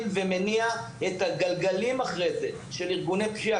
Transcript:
ומניע אחרי זה את הגלגלים של ארגוני פשיעה.